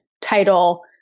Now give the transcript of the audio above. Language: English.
title